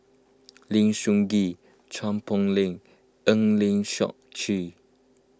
Lim Soo Ngee Chua Poh Leng Eng Lee Seok Chee